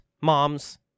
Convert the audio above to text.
moms